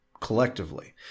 collectively